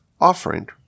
offering